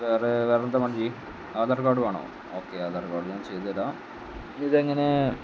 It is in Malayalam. വേറെ വേറെന്താ വേണ്ടിയെ ആധാർ കാർഡ് വേണോ ഓക്കേ ആധാർ കാർഡ് ഞാൻ ചെയ്തു തരാം ഇതെങ്ങനെ